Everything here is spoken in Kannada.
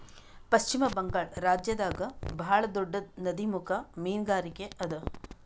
ಪಶ್ಚಿಮ ಬಂಗಾಳ್ ರಾಜ್ಯದಾಗ್ ಭಾಳ್ ದೊಡ್ಡದ್ ನದಿಮುಖ ಮೀನ್ಗಾರಿಕೆ ಅದಾ